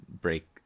break